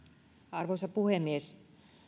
arvoisa puhemies